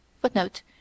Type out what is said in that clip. Footnote